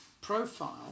profile